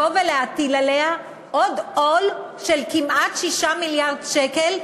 לבוא ולהטיל עליה עוד עול של כמעט 6 מיליארד שקל,